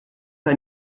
ein